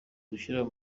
gushyira